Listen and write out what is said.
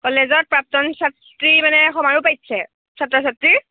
কলেজত প্ৰাপ্তন ছাত্ৰী মানে সমাৰোহ পাতিছে ছাত্ৰ ছাত্ৰীৰ